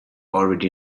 already